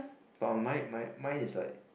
but on mine mine mine is like